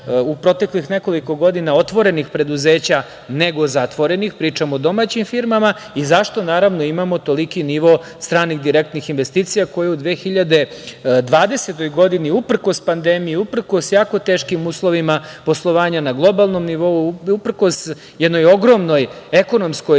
u proteklih nekoliko godina otvorenih preduzeća nego zatvorenih, pričam o domaćim firmama, i zašto imamo toliki nivo stranih direktnih investicija koje u 2020. godini, uprkos pandemiji, uprkos jako teškim uslovima poslovanja na globalnom nivou, uprkos jednoj ogromnoj ekonomskoj